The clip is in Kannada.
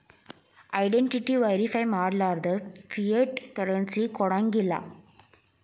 ಐಡೆನ್ಟಿಟಿ ವೆರಿಫೈ ಮಾಡ್ಲಾರ್ದ ಫಿಯಟ್ ಕರೆನ್ಸಿ ಕೊಡಂಗಿಲ್ಲಾ